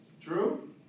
True